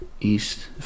East